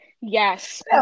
yes